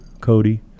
Cody